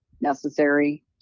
necessary